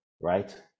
right